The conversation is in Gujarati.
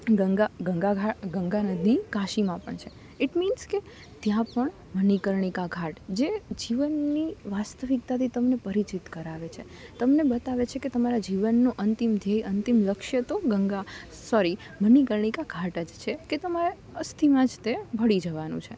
ગંગા ગંગા ગંગા નદી કાશીમાં પણ છે ઈટ મીન્સ કે ત્યાં પણ મનીકર્ણીકા ઘાટ જે જીવનની વાસ્તવિકતાથી તમને પરિચિત કરાવે છે તમને બતાવે છે કે તમારા જીવનનો અંતિમ ધ્યેય અંતિમ લક્ષ્ય તો ગંગા સોરી મનીકર્ણીકા ઘાટ જ છે કે તમારા અસ્થિમાં જ તે ભળી જવાનું છે